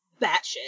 batshit